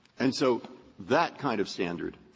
and so that kind of standard,